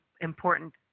important